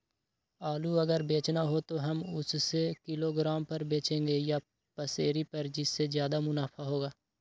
आलू अगर बेचना हो तो हम उससे किलोग्राम पर बचेंगे या पसेरी पर जिससे ज्यादा मुनाफा होगा?